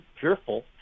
fearful